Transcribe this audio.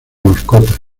mascota